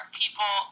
people